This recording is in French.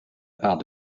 part